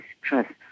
trust